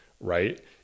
right